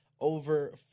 over